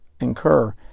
incur